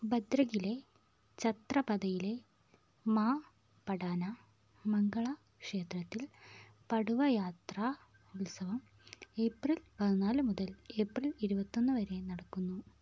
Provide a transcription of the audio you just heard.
ഭദ്രകിലെ ഛത്രപദയിലെ മാ പടാന മംഗള ക്ഷേത്രത്തിൽ പടുവ യാത്രാ ഉത്സവം ഏപ്രിൽ പതിനാല് മുതൽ ഏപ്രിൽ ഇരുപത്തൊന്ന് വരെ നടക്കുന്നു